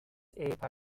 ehepaar